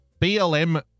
BLM